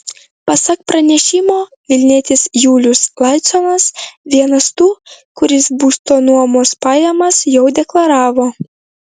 pasak pranešimo vilnietis julius laiconas vienas tų kuris būsto nuomos pajamas jau deklaravo